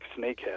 snakehead